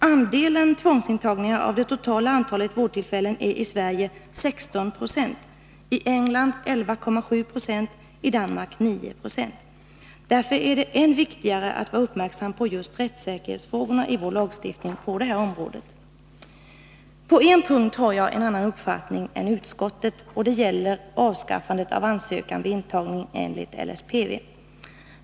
Andelen tvångsintagningar av det totala antalet vårdtillfällen är i Sverige 16 96, i England 11,7 96 och i Danmark 9 96. Därför är det än viktigare att vara uppmärksam på just rättssäkerhetsfrågorna i vår lagstiftning på detta område. På en punkt har jag en annan uppfattning än utskottet, och det gäller avskaffandet av ansökan vid intagning enligt LSPV.